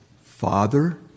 Father